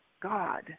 God